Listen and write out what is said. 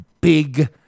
Big